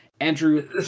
Andrew